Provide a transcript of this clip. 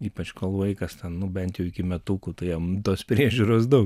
ypač kol vaikas ten nu bent jau iki metukų tai jam tos priežiūros daug